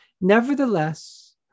Nevertheless